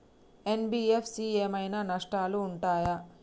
NBFC ఏమైనా నష్టాలు ఉంటయా?